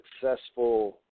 successful